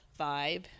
vibe